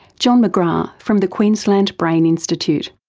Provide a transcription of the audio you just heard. john mcgrath from the queensland brain institute.